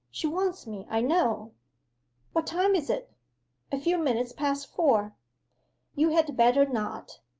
she wants me, i know what time is it a few minutes past four you had better not.